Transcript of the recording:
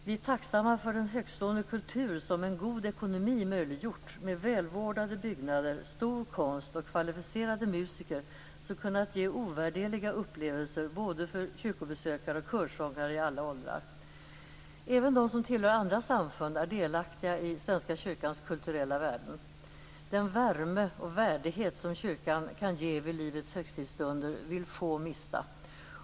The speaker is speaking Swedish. Vi är tacksamma för den högtstående kultur som en god ekonomi möjliggjort, med välvårdade byggnader, stor konst och kvalificerade musiker, som kunnat ge ovärderliga upplevelser både för kyrkobesökare och körsångare i alla åldrar. Även de som tillhör andra samfund är delaktiga i Svenska kyrkans kulturella värden. Den värme och värdighet som kyrkan kan ge vid livets högtidsstunder vill få mista.